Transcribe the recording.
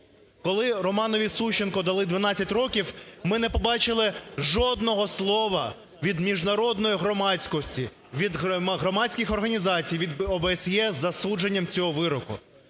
Коли Романові Сущенку дали 12 років, ми не побачили жодного слова від міжнародної громадськості, від громадських організацій, від ОБСЄ з засудженням цього вироку.